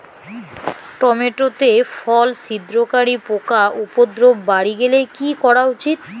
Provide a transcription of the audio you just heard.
Tomato তে ফল ছিদ্রকারী পোকা উপদ্রব বাড়ি গেলে কি করা উচিৎ?